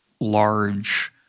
large